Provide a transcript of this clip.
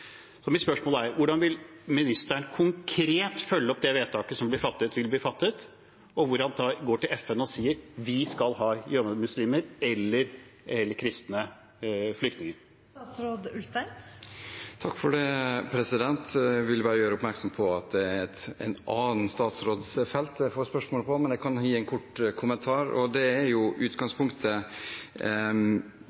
Mitt spørsmål er: Hvordan vil utviklingsministeren konkret følge opp det vedtaket som vil bli fattet, gå til FN og si at vi skal ha ahmadiyya-muslimer eller kristne flyktninger? Jeg vil bare gjøre oppmerksom på at det er en annen statsråds felt jeg får spørsmålet på, men jeg kan gi en kort kommentar. Utgangspunktet, slik jeg opplever de kristne verdiene, er